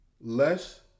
less